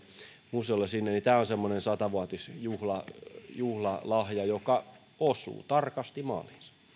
museolle tämä on semmoinen satavuotisjuhlalahja joka osuu tarkasti